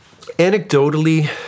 anecdotally